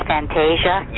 Fantasia